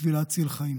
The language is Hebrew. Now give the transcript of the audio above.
בשביל להציל חיים.